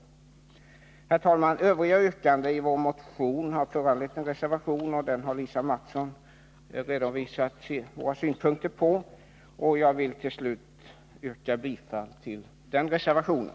Herr talman! Övriga yrkanden i vår motion har föranlett en reservation, och därvidlag har Lisa Mattson redovisat våra synpunkter. Jag vill till slut yrka bifall till den reservationen.